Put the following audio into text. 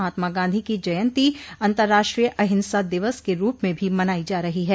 महात्मा गांधी की जयंती अंतर्राष्ट्रीय अहिंसा दिवस के रूप में भी मनाई जा रही है